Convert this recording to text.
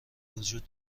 وجود